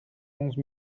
onze